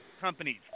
companies